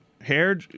Hair